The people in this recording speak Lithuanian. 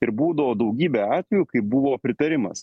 ir būdavo daugybė atvejų kai buvo pritarimas